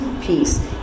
peace